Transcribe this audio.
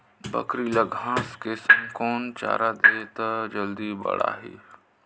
बकरी ल घांस के संग कौन चारा देबो त जल्दी बढाही?